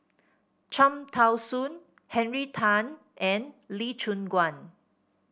Cham Tao Soon Henry Tan and Lee Choon Guan